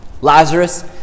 Lazarus